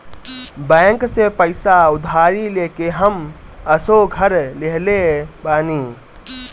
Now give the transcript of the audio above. bank से पईसा उधारी लेके हम असो घर लीहले बानी